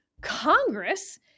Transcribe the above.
Congress